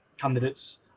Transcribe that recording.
candidates